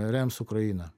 rems ukrainą